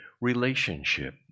relationship